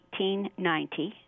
1890